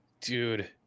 dude